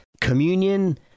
communion